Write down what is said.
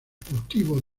cultivo